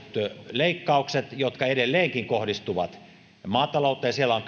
leikkaukset jotka edelleenkin kohdistuvat maatalouteen siellä on